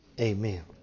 amen